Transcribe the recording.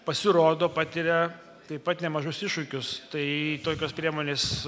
pasirodo patiria taip pat nemažus iššūkius tai tokios priemonės